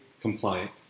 compliant